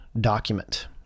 document